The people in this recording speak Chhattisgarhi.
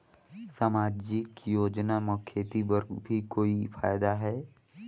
समाजिक योजना म खेती बर भी कोई फायदा है?